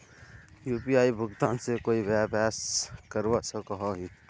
UPI भुगतान से कोई व्यवसाय करवा सकोहो ही?